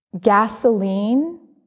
gasoline